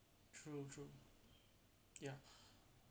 true true ya